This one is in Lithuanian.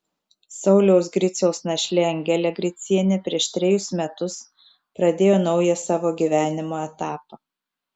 sauliaus griciaus našlė angelė gricienė prieš trejus metus pradėjo naują savo gyvenimo etapą